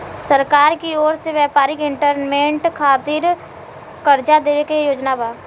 सरकार की ओर से व्यापारिक इन्वेस्टमेंट खातिर कार्जा देवे के योजना बा